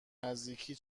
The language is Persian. نزدیکی